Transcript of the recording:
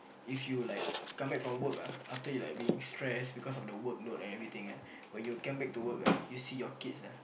if you like come back from work ah after you like being stress because of the workload everything eh but you come back to work ah you see your kids ah